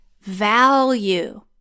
value